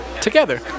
Together